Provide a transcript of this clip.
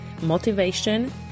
motivation